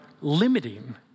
limiting